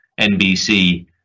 NBC